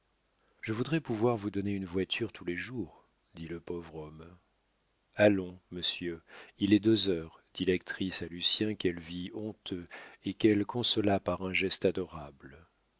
je voudrais pouvoir vous donner une voiture tous les jours dit le pauvre homme allons monsieur il est deux heures dit l'actrice à lucien qu'elle vit honteux et qu'elle consola par un geste adorable